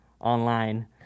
online